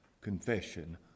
confession